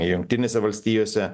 jungtinėse valstijose